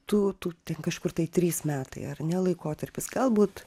tų tų ten kažkur tai trys metai ar ne laikotarpis galbūt